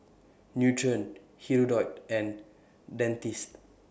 Nutren Hirudoid and Dentiste